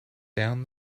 down